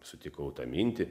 sutikau tą mintį